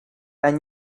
and